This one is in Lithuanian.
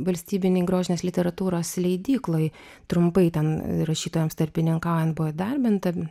valstybinėj grožinės literatūros leidykloj trumpai ten rašytojams tarpininkaujant buvo įdarbinta